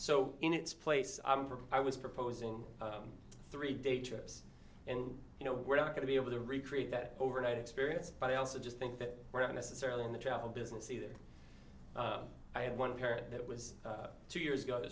so in its place i'm from i was proposing three day trips and you know we're not going to be able to recreate that overnight experience but i also just think that we're not necessarily in the travel business either i had one parent that was two years ago